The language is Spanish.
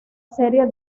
serie